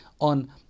on